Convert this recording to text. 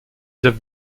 œuvres